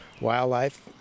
wildlife